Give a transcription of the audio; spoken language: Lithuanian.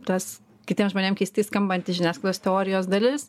tas kitiems žmonėm keistai skambanti žiniasklaidos teorijos dalis